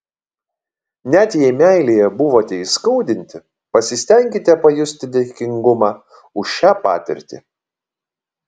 net jei meilėje buvote įskaudinti pasistenkite pajusti dėkingumą už šią patirtį